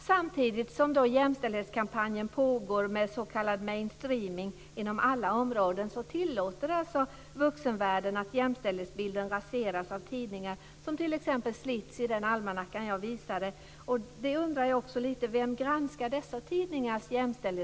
Samtidigt som jämställdhetskampanjen med pågår s.k. mainstreaming inom alla områden tillåter vuxenvärlden att jämställdhetsbilden raseras av tidningar som t.ex. Slitz i den almanackan jag visade tidigare.